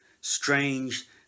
strange